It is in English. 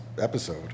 episode